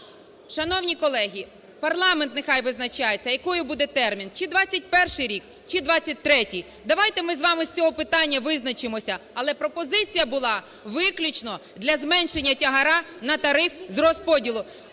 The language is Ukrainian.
Шановні колеги, парламент нехай визначається, який буде термін – чи 2021 рік, чи 2023. Давайте ми з вами з цього питання визначимося, але пропозиція була виключно для зменшення тягара на тариф з розподілу.